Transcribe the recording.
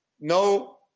no